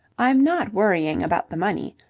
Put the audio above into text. i'm not worrying about the money.